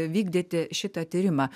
vykdėte šitą tyrimą